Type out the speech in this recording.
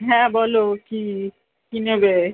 হ্যাঁ বলো কী কী নেবে